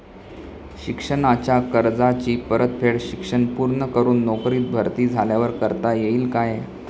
शिक्षणाच्या कर्जाची परतफेड शिक्षण पूर्ण करून नोकरीत भरती झाल्यावर करता येईल काय?